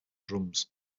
drums